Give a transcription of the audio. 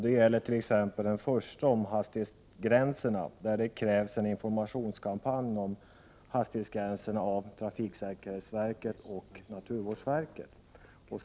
Det gäller t.ex. den första, där det krävs att trafiksäkerhetsverket och naturvårdsverket får i uppdrag att genomföra en informationskampanj om hastighetsgränserna.